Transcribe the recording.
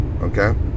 Okay